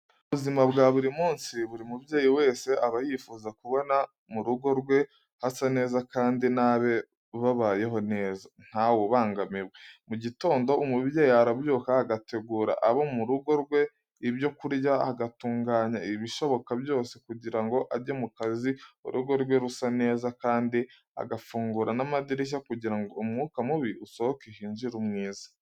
Mu buzima bwa buri munsi buri mubyeyi wes aba yifuza kubona mu rugo rwe hasa neza kandi n'abe babayeho neza ntawubangamiwe. Mu gitondo umubyeyi arabyuka agategurira abo mu rugo rwe ibyo kurya, agatunganya ibishoboka byose kugira ngo ajye mu kazi urugo rwe rusa neza kandi agafungura n'amadirishya kugira ngo umwuka mubi usohoke hinjire umwiza.